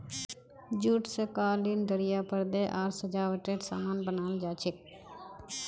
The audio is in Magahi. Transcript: जूट स कालीन दरियाँ परदे आर सजावटेर सामान बनाल जा छेक